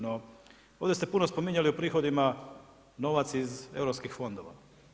No, ovdje ste puno spominjali u prihodima novac iz europskih fondova.